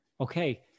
okay